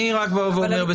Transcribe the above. אני רק בא ואומר,